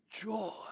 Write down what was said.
joy